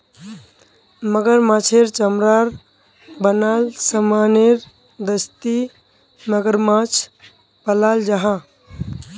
मगरमाछेर चमरार बनाल सामानेर दस्ती मगरमाछ पालाल जाहा